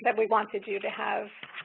but we wanted you to have.